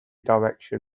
direction